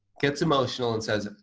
gets emotional and says,